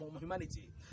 humanity